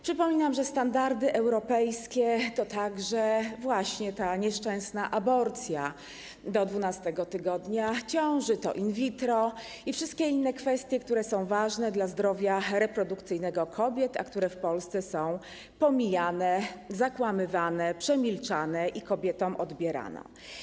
Przypominam, że standardy europejskie to także właśnie ta nieszczęsna aborcja do 12. tygodnia ciąży, to in vitro i wszystkie inne kwestie, które są ważne dla zdrowia reprodukcyjnego kobiet, a które w Polsce są pomijane, zakłamywane, przemilczane i kobietom odbierane.